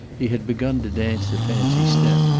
he had begun to dance a fancy step.